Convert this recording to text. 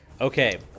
Okay